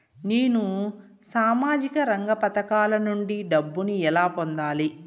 నేను సామాజిక రంగ పథకాల నుండి డబ్బుని ఎలా పొందాలి?